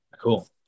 Cool